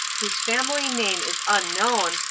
whose family name is unknown,